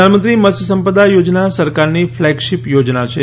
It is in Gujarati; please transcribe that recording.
પ્રધાનમંત્રી મત્સ્ય સંપદા યોજના સરકારની ફ્લેગશીપ યોજના છે